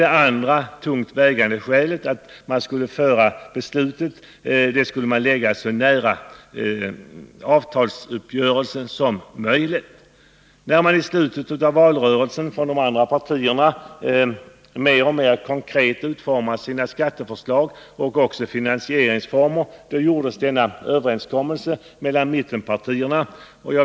Det andra tungt vägande skälet var att beslutet skulle läggas så nära avtalsuppgörelsen som möjligt. När de andra partierna i slutet av valrörelsen mer och mer konkret utformade sina skatteförslag och också finansieringsformer, gjordes denna överenskommelse mellan mittenpartierna.